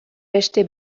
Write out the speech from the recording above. beste